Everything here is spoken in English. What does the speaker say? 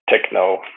techno